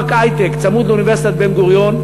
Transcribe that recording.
פארק היי-טק צמוד לאוניברסיטת בן-גוריון,